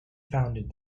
founded